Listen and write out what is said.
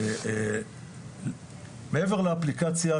מעבר לאפליקציה,